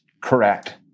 Correct